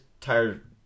tired